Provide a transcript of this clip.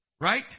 Right